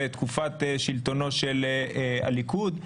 בתקופת שלטונו של הליכוד.